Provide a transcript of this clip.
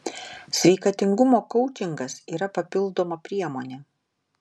sveikatingumo koučingas yra papildoma priemonė